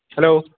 hello